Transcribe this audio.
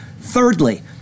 Thirdly